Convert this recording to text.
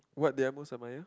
what they are most admire